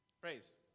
Praise